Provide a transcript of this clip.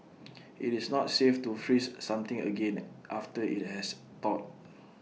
IT is not safe to freeze something again after IT has thawed